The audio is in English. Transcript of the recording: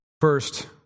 First